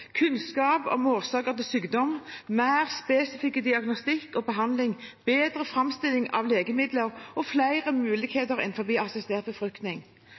kunnskap om årsaker til sykdom, mer spesifikk diagnostikk og behandling, bedre framstilling av legemidler og flere muligheter innenfor assistert befruktning,